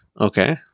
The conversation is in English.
Okay